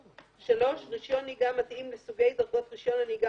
(3) רשיון נהיגה מתאים לסוגי דרגות רשיון הנהיגה